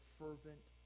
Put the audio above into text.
fervent